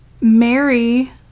Mary